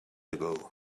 ago